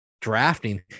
drafting